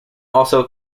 also